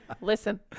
listen